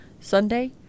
Sunday